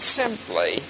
simply